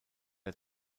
der